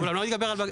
הוא לא מתגבר על בג"ץ.